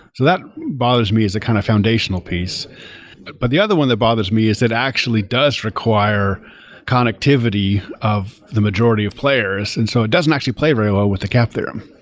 so that bothers me as a kind of foundational piece. but but the other one that bothers me is that it actually does require connectivity of the majority of players and so it doesn't actually play very well with the cap theorem,